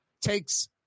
takes